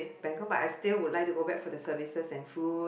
bangkok I still would like to go back for the services and food